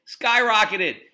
skyrocketed